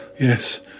Yes